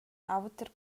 auter